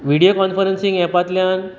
video conferencing एपांतल्यान